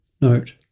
Note